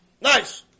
nice